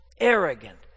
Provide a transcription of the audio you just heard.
arrogant